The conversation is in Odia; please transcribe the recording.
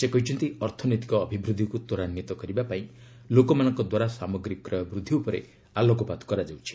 ସେ କହିଛନ୍ତି ଅର୍ଥନୈତିକ ଅଭିବୃଦ୍ଧିକୁ ତ୍ୱରାନ୍ୱିତ କରିବା ପାଇଁ ଲୋକମାନଙ୍କ ଦ୍ୱାରା ସାମଗ୍ରୀ କ୍ରୟ ବୃଦ୍ଧି ଉପରେ ଆଲୋକପାତ କରାଯାଉଛି